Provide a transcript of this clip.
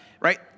right